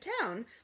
town